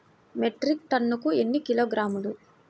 Metric టన్నుకు ఎన్ని కిలోగ్రాములు?